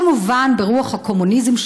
כמובן ברוח הקומוניזם,